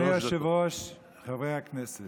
התשפ"ב 2022, מאת חברי הכנסת